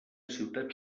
ciutat